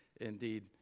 indeed